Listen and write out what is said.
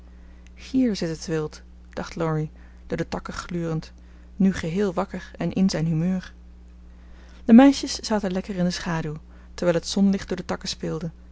hier zit het wild dacht laurie door de takken glurend nu geheel wakker en in zijn humeur de meisjes zaten lekker in de schaduw terwijl het zonlicht door de takken speelde